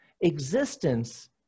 Existence